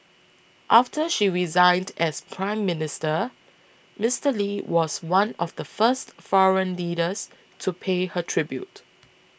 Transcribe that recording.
after she resigned as Prime Minister Mister Lee was one of the first foreign leaders to pay her tribute